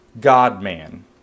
God-man